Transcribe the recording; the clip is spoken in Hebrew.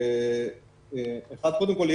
קודם כול,